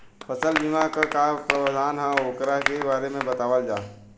फसल बीमा क का प्रावधान हैं वोकरे बारे में बतावल जा?